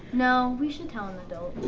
no, we should tell an adult.